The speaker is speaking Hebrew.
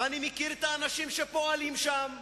ואני מכיר את האנשים שפועלים שם,